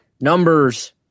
Numbers